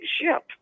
ship